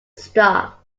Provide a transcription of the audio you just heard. stop